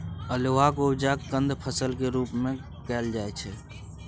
अल्हुआक उपजा कंद फसल केर रूप मे कएल जाइ छै